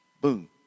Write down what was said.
boom